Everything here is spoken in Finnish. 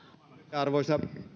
arvoisa